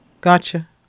Gotcha